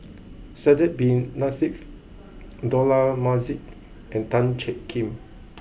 Sidek Bin Saniff Dollah Majid and Tan Jiak Kim